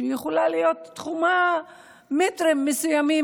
שיכולה להיות תחומה מטרים מסוימים